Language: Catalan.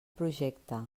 projecte